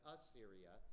Assyria